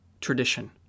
tradition